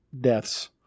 deaths